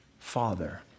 Father